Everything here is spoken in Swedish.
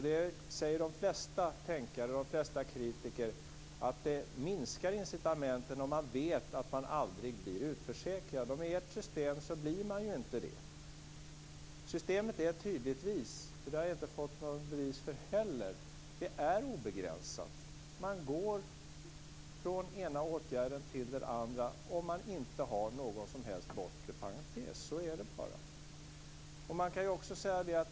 De flesta tänkare och kritiker säger att det minskar incitamenten om man vet att man aldrig blir utförsäkrad. Med ert system blir man ju inte det. Systemet är tydligtvis obegränsat. Jag har inte fått något bevis för det heller. Man går från den ena åtgärden till den andra om det inte finns någon som helst bortre parentes. Så är det bara.